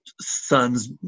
sons